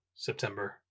September